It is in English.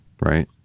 right